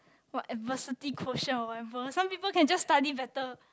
what adversity quotient or whatever some people can just study better